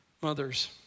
Mothers